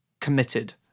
committed